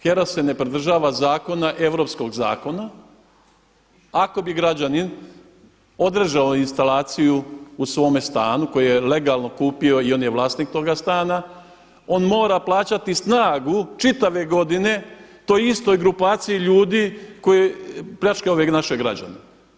HERA se ne pridržava zakona, europskog zakona ako bi građanin odrezao instalaciju u svome stanu koji je legalno kupio i on je vlasnik toga stana, on mora plaćati snagu čitave godine toj istoj grupaciji ljudi koja pljačka ove naše građane.